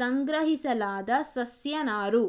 ಸಂಗ್ರಹಿಸಲಾದ ಸಸ್ಯ ನಾರು